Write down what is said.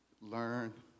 learn